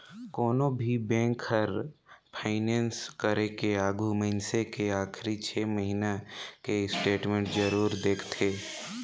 कोनो भी बेंक हर फाइनेस करे के आघू मइनसे के आखरी छे महिना के स्टेटमेंट जरूर देखथें